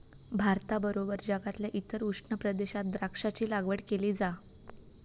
भारताबरोबर जगातल्या इतर उष्ण प्रदेशात द्राक्षांची लागवड केली जा